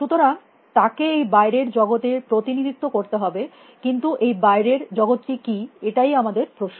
সুতরাং তাকে এই বাইরের জগতের প্রতিনিধিত্ব করতে হবে কিন্তু এই বাইরের জগতটি কী এটাই আমাদের প্রশ্ন